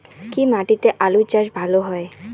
কি মাটিতে আলু চাষ ভালো হয়?